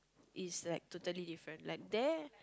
is like totally different like there